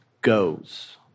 goes